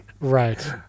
Right